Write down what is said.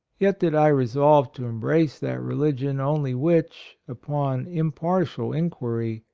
yet did i resolve to embrace that reli gion only which, upon impartial inquiry,